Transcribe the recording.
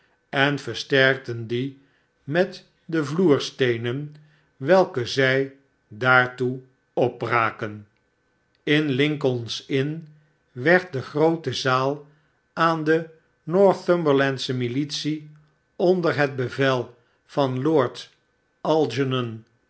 en versterkten die met de vloersteenen welke zij daartoe opbraken in lincolns inn werd de grootezaal aan de northumberlandsche militie onder het bevel van lord